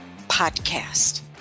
podcast